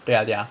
对 ah 对 ah